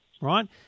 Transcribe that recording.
right